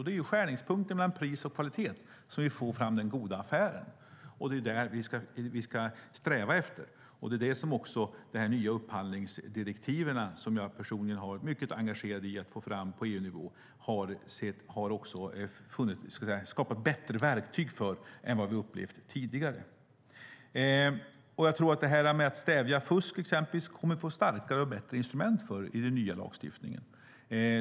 Det är i skärningspunkten mellan pris och kvalitet som vi får fram den goda affären, och det är det som vi ska sträva efter. Det är också det som de nya upphandlingsdirektiven, som jag personligen har varit mycket engagerad i att få fram på EU-nivå, har skapat bättre verktyg för än vad vi har upplevt tidigare. Jag tror att vi kommer att få starkare och bättre instrument för att stävja fusk i den nya lagstiftningen.